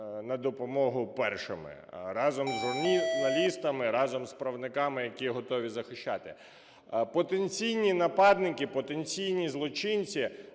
на допомогу першими разом з журналістами, разом з правниками, які готові захищати. Потенційні нападники, потенційні злочинці